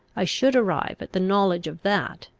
i should arrive at the knowledge of that,